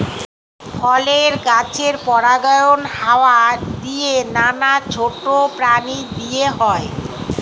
ফলের গাছের পরাগায়ন হাওয়া দিয়ে, নানা ছোট প্রাণী দিয়ে হয়